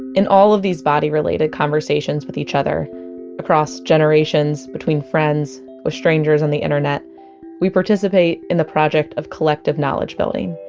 in all of these body-related conversations with each other across generations, between friends, with strangers on the internet we participate in the project of collective knowledge building.